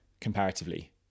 comparatively